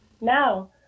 Now